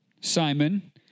Simon